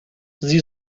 sie